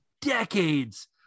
decades